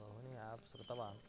बहूनि एप्स् श्रुतवान्